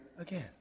again